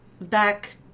back